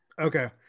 Okay